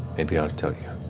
maybe i'll tell you.